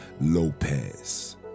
Lopez